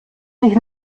sich